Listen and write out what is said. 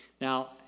Now